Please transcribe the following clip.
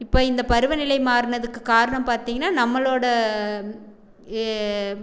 இப்போ இந்த பருவநிலை மாறினதுக்கு காரணம் பாத்திங்கன்னா நம்மளோட